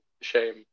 shame